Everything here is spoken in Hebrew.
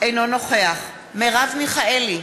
אינו נוכח מרב מיכאלי,